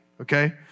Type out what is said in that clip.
okay